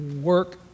work